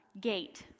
gate